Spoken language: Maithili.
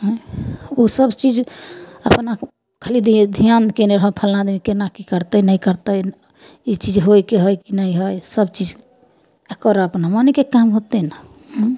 आँए ओसब चीज अपना खाली धिआन कएने रहब फल्लाँ आदमी कोना कि करतै नहि करतै ई चीज होइके हइ कि नहि हइ सबचीज आओर करऽ अपन मोनके काम होतै ने उँ